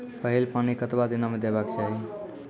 पहिल पानि कतबा दिनो म देबाक चाही?